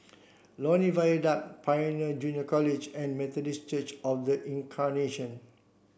Lornie Viaduct Pioneer Junior College and Methodist Church Of The Incarnation